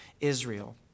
Israel